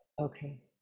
okay